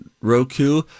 Roku